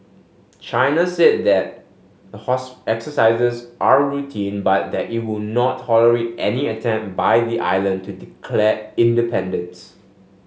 China said that the exercises are routine but that it will not tolerate any attempt by the island to declare independence